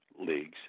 leagues